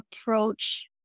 approach